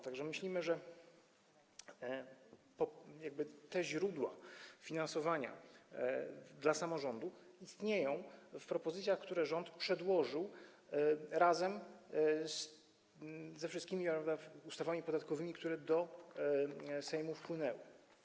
Tak że myślimy, że te źródła finansowania samorządu istnieją w propozycjach, które rząd przedłożył razem ze wszystkimi ustawami podatkowymi, które do Sejmu wpłynęły.